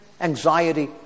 anxiety